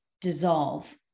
dissolve